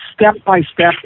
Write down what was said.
step-by-step